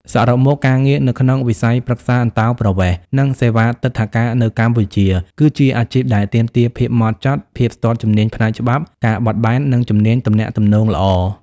សរុបមក ការងារនៅក្នុងវិស័យប្រឹក្សាអន្តោប្រវេសន៍ និងសេវាទិដ្ឋាការនៅកម្ពុជា គឺជាអាជីពដែលទាមទារភាពម៉ត់ចត់ ភាពស្ទាត់ជំនាញផ្នែកច្បាប់ ការបត់បែន និងជំនាញទំនាក់ទំនងល្អ។